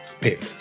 Pip